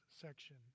section